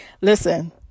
listen